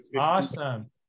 Awesome